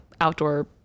outdoor